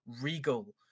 regal